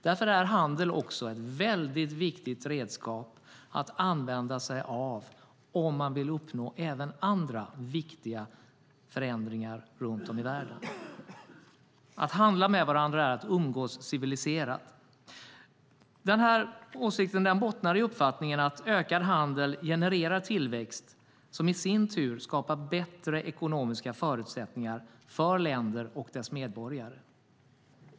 Därför är handeln ett viktigt redskap att använda sig av om man vill uppnå även andra viktiga förändringar runt om i världen. Att handla med varandra är att umgås civiliserat. Den åsikten bottnar i uppfattningen att ökad handel genererar tillväxt som i sin tur skapar bättre ekonomiska förutsättningar för länder och deras medborgare.